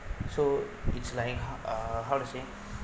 so it's like uh how to say